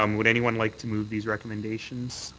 um would anyone like to move these recommendations?